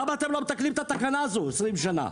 למה אתם לא מתקנים את התקנה הזו 20 שנה?